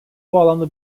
bağlamda